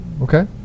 Okay